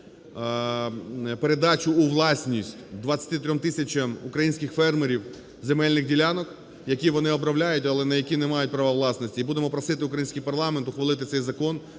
передачу у власність 23 тисячам українських фермерів земельних ділянок, які вони обробляють, але на які не мають права власності. І будемо просити український парламент ухвалити цей закон